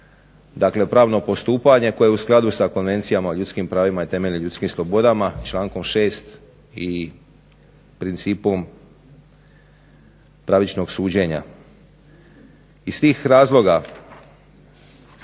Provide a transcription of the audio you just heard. dakle pravno postupanje koje je u skladu sa Konvencijama o ljudskim pravima i temeljnim ljudskim slobodama, člankom 6. i principom pravičnog suđenja. Iz tih razloga